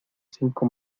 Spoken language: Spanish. cinco